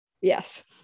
yes